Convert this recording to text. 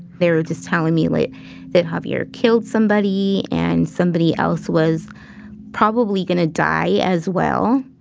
they were just telling me like that javier killed somebody and somebody else was probably going to die as well.